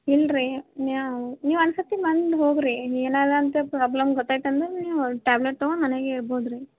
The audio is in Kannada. ಇಲ್ಲ ರೀ ನಾವ್ ನೀವು ಒಂದು ಸರ್ತಿ ಬಂದು ಹೋಗಿ ರೀ ಏನದ ಅಂತ ಪ್ರಾಬ್ಲಮ್ ಗೊತ್ತಾಯ್ತು ಅಂದರೆ ನೀವು ಟ್ಯಾಬ್ಲೆಟ್ ತಗೊಂಡು ಮನೆಯಾಗೆ ಇರ್ಬೋದು ರೀ